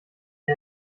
wie